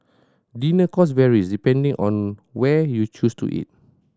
dinner cost varies depending on where you choose to eat